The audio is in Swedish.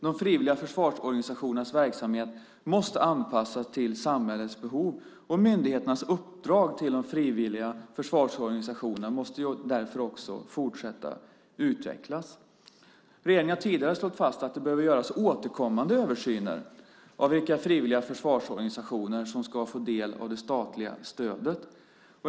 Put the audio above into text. De frivilliga försvarsorganisationernas verksamhet måste anpassas till samhällets behov, och myndigheternas uppdrag till de frivilliga försvarsorganisationerna måste därför också fortsätta att utvecklas. Regeringen har tidigare slagit fast att det behöver göras återkommande översyner av vilka frivilliga försvarsorganisationer som ska få del av det statliga stödet.